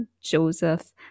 joseph